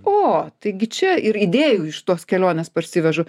o taigi čia ir idėjų iš tos kelionės parsivežu